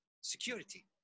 Security